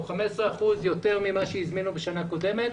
15 אחוזים יותר ממה שהזמינו בשנה קודמת.